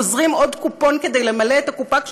גוזרים עוד קופון כדי למלא את הקופה,